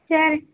சரிங்